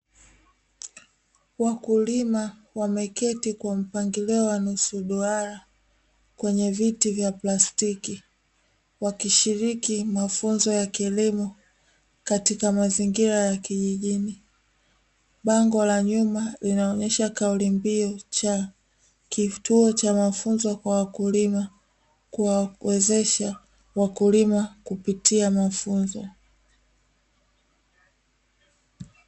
Wakulima wameketi kwa mpangoilio wa nusu duara kwenye viti vya plastiki wakishiriki mafunzo ya kilimo katika mazingira ya kijijini, bango la nyuma linaonyesha kauli mbiu ya kituo cha mafunzo kwa wakulima kuwawezesha wakulima kupitia mafunzo.